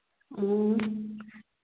ꯑꯣ